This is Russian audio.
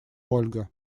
ольга